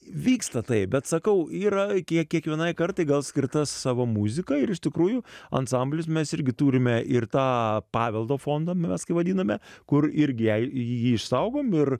vyksta tai bet sakau yra kiekvienai kartai gal skirta savo muzika ir iš tikrųjų ansamblius mes irgi turime ir tą paveldo fondą mes kai vadiname kur irgi jei jį išsaugom ir